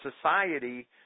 society